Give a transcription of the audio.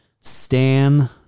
Stan